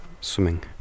swimming